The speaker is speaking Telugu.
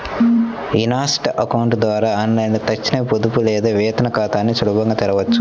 ఇన్స్టా అకౌంట్ ద్వారా ఆన్లైన్లో తక్షణ పొదుపు లేదా వేతన ఖాతాని సులభంగా తెరవొచ్చు